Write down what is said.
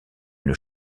une